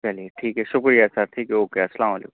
چلیے ٹھیک ہے شُکریہ سر ٹھیک ہے اوکے السّلام علیکم